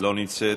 לא נמצאת,